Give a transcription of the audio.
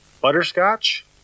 Butterscotch